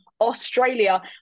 Australia